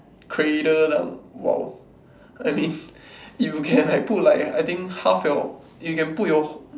cradle dunk !wow! I mean if you can like put like I think half your you can put your